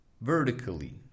vertically